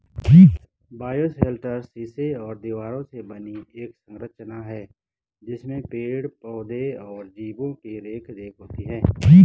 bioshelter शीशे और दीवारों से बनी एक संरचना है जिसमें पेड़ पौधे और जीवो की देखरेख होती है